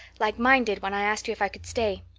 like mine did when i asked you if i could stay.